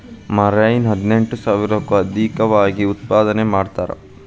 marine ಹದಿನೆಂಟು ಸಾವಿರಕ್ಕೂ ಅದೇಕವಾಗಿ ಉತ್ಪಾದನೆ ಮಾಡತಾರ